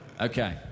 okay